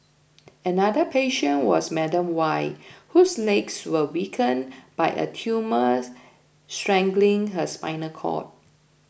another patient was Madam Y whose legs were weakened by a tumour strangling her spinal cord